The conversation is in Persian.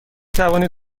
توانید